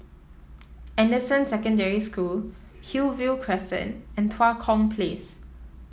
Anderson Secondary School Hillview Crescent and Tua Kong Place